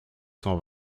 cent